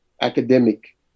academic